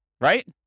Right